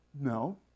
No